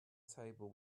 table